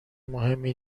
مهمی